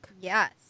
yes